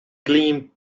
gleamed